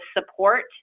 support